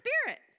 spirit